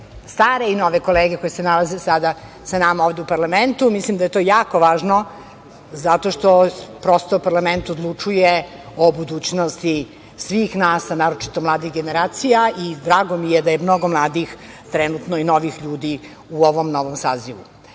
stare i nove kolege koji se nalaze sada sa nama ovde u parlamentu. Mislim da je to jako važno, zato što prosto parlament odlučuje o budućnosti svih nas, a naročito mladih generacija i drago mi je da je mnogo mladih i novih ljudi trenutno u ovom novom sazivu. Što